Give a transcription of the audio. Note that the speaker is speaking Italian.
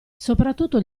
soprattutto